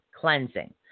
cleansing